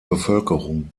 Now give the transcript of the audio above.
bevölkerung